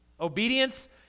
Obedience